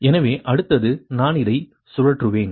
எனவே அடுத்தது நான் இதை சுழற்றுவேன்